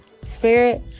spirit